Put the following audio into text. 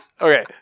okay